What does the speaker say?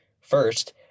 First